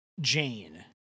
Jane